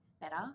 better